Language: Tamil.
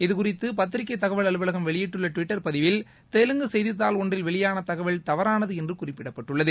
இதுகுறித்து பத்திரிகை தகவல் அலுவலகம் வெளியிட்டுள்ள டுவிட்டர் பதிவில் தெலுங்கு செய்தித்தாள் ஒன்றில் வெளியான தகவல் தவறானது என்று குறிப்பிடப்பட்டுள்ளது